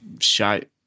Shite